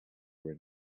were